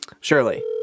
Surely